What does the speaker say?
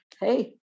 Hey